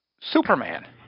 Superman